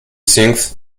sinks